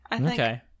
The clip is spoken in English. Okay